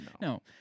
No